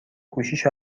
گوشیشو